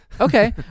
Okay